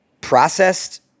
processed